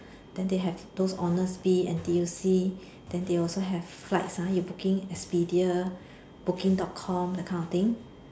then they have those Honestbee N_T_U_C then they also have flights ah you booking Expedia booking dot com that kind of thing